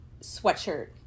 sweatshirt